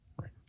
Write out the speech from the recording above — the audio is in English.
Right